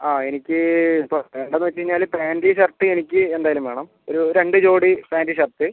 ആ എനിക്ക് ഇപ്പം വേണ്ടതെന്ന് വെച്ച് കഴിഞ്ഞാൽ പാന്റ് ഷർട്ട് എനിക്ക് എന്തായാലും വേണം ഒരു രണ്ട് ജോഡി പാന്റ് ഷർട്ട്